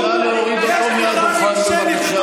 תתבייש לך, נא להוריד אותו מהדוכן, בבקשה.